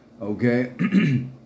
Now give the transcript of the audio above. okay